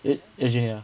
it isn't you know